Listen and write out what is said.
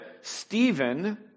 Stephen